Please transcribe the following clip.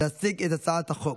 להציג את הצעת החוק.